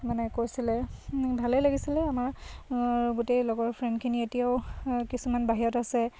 মানে কৈছিলে ভালেই লাগিছিলে আমাৰ গোটেই লগৰ ফ্ৰেণ্ডখিনি এতিয়াও কিছুমান বাহিৰত আছে